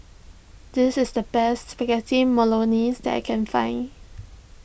this is the best Spaghetti Bolognese that I can find